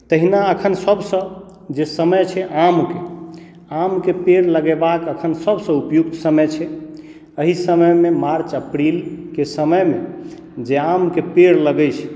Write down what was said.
तहिना अखन सबसँ जे समय छै आमके आमके पेड़ लगयबाके अखन सबसँ उपयुक्त समय छै एहि समयमे मार्च अप्रिलके समयमे जे आमके पेड़ लगैत छै